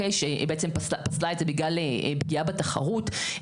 בעצם פסלה את זה בגלל פגיעה בתחרות.